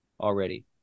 already